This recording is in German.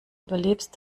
überlebst